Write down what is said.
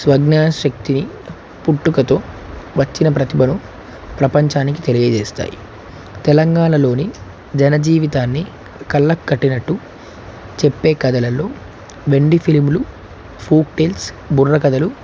ప్రజ్ఞా శక్తిని పుట్టుకతో వచ్చిన ప్రతిభను ప్రపంచానికి తెలియజేస్తాయి తెలంగాణలోని జనజీవితాన్ని కళ్ళ కట్టినట్టు చెప్పే కథలలో వెండి ఫిలిములు ఫోక్ టెల్స్ బుర్ర కథలు